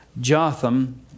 Jotham